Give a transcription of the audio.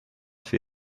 für